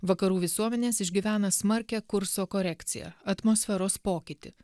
vakarų visuomenės išgyvena smarkią kurso korekciją atmosferos pokytį